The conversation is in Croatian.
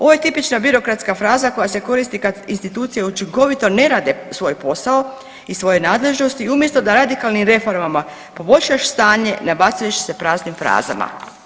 Ovo je tipična birokratska fraza koja se koristi kad institucije učinkovito ne rade svoj posao iz svoje nadležnosti umjesto da radikalnim reformama poboljšaš stanje ne bacajući se praznim frazama.